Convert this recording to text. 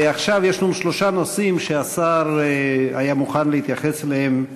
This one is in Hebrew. ועכשיו יש לנו שלושה נושאים שהשר היה מוכן להתייחס אליהם,